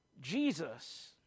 Jesus